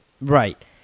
Right